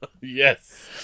Yes